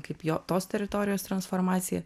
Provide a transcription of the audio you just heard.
kaip jo tos teritorijos transformacija